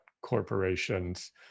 corporations